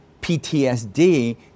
PTSD